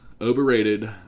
Overrated